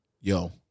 Yo